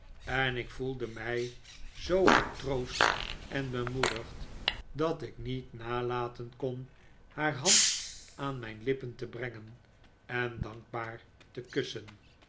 en ik voelde mij zoo getroost en bemoedigd dat ik niet nalaten kon haar hand aan mijn lippen te brengen en dankbaar te kussen